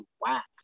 whack